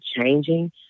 changing